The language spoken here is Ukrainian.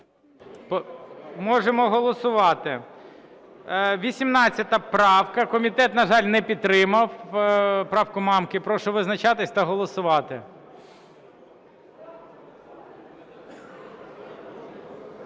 Можемо голосувати. 18 правка. Комітет, на жаль, не підтримав правку Мамки. Прошу визначатись та голосувати.